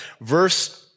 Verse